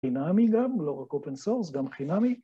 חינמי גם, לא רק אופן סורס, גם חינמי